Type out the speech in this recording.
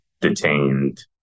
detained